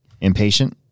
impatient